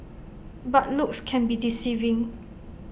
but looks can be deceiving